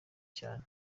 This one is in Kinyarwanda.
cane